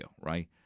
right